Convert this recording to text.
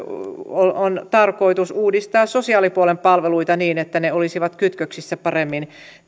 on myös tarkoitus uudistaa sosiaalipuolen palveluita niin että ne olisivat kytköksissä paremmin